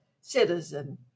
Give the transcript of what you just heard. citizen